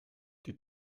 die